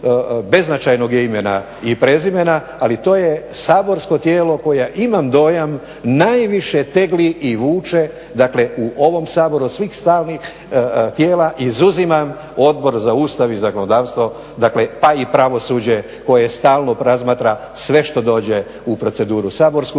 beznačajnog je imena i prezimena, ali to je saborsko tijelo koje imam dojam najviše tegli i vuče, dakle u ovom Saboru od svih stalnih tijela izuzima Odbor za Ustav i zakonodavstvo dakle pa i pravosuđe koje stalno razmatra sve što dođe u proceduru saborsku.